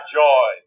joy